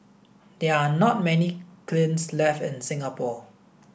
there are not many kilns left in Singapore